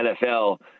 NFL